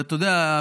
אתה יודע,